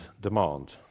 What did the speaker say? demand